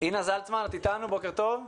בוקר טוב.